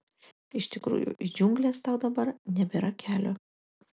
iš tikrųjų į džiungles tau dabar nebėra kelio